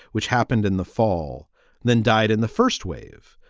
which happened in the fall than died in the first wave.